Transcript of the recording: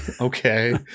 Okay